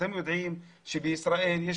אתם יודעים שבישראל יש